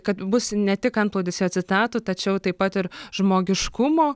kad bus ne tik antplūdis jo citatų tačiau taip pat ir žmogiškumo